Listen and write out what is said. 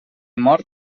mort